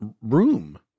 room